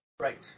Right